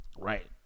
Right